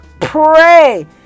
pray